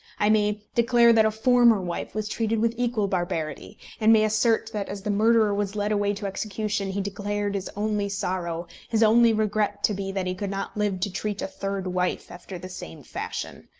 i may declare that a former wife was treated with equal barbarity and may assert that, as the murderer was led away to execution, he declared his only sorrow, his only regret to be, that he could not live to treat a third wife after the same fashion.